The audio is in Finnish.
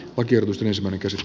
paljon viime vuosina